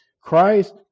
christ